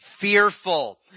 fearful